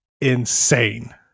insane